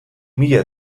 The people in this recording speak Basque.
mila